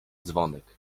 dzwonek